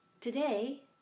Today